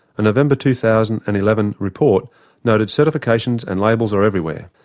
a november two thousand and eleven report noted, certifications and labels are everywhere.